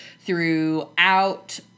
throughout